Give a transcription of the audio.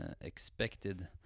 expected